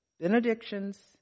benedictions